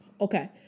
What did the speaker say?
Okay